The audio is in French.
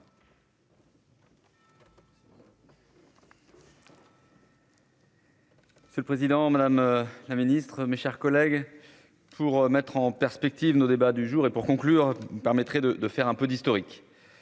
C'est le président, Madame la Ministre, mes chers collègues, pour mettre en perspective nos débats du jour et pour conclure, permettrait de, de faire un peu d'historique,